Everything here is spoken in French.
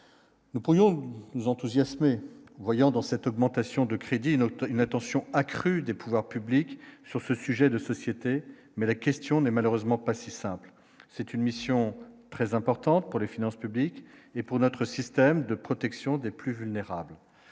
nous pourrions nous enthousiasmer, voyant dans cette augmenté. Sion de crédits notent une attention accrue des pouvoirs publics sur ce sujet de société, mais la question n'est malheureusement pas si simple, c'est une mission très importante pour les finances publiques et pour notre système de protection des plus vulnérables,